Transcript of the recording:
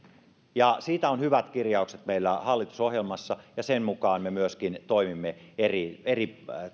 siitä on hyvät kirjaukset meillä hallitusohjelmassa ja sen mukaan me myöskin toimimme eri eri